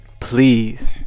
Please